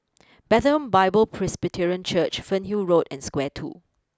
Bethlehem Bible Presbyterian Church Fernhill Road and Square two